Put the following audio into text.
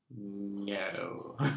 no